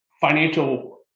financial